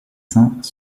saints